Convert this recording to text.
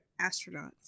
astronauts